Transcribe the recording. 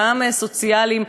גם סוציאליים,